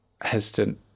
hesitant